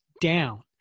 down